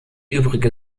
übrige